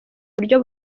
buryo